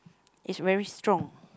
is very strong